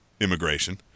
immigration